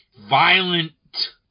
violent